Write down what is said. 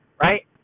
right